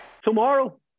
Tomorrow